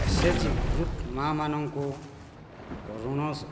SHG group ମା ମାନଙ୍କୁ ଋଣ